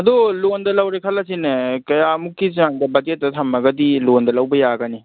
ꯑꯗꯨ ꯂꯣꯟꯗ ꯂꯧꯔꯦ ꯈꯜꯂꯁꯤꯅꯦ ꯀꯌꯥꯃꯨꯛꯀꯤ ꯆꯥꯡꯗ ꯕꯖꯦꯠꯇ ꯊꯝꯃꯒꯗꯤ ꯂꯣꯟꯗ ꯂꯧꯕ ꯌꯥꯒꯅꯤ